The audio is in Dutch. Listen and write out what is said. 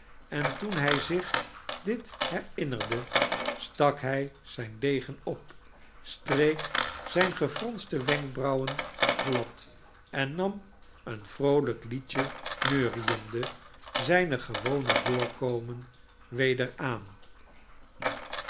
en toen hij zich dit herinnerde stak hij zijn degen op streek zijne gefronste wenkbrauwen glad en nam een vroolijk liedje neuriende zijn gewoon voorkomen weder aan